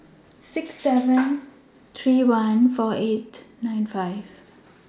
six seven three one four eight nine five